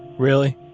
really?